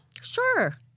sure